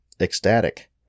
Ecstatic